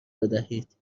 بدهید